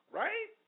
right